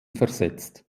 versetzt